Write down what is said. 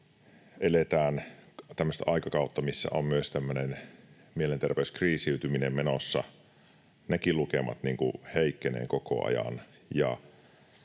eletään tämmöistä aikakautta, missä on myös tämmöinen mielenterveyskriisiytyminen menossa. Nekin lukemat heikkenevät koko ajan,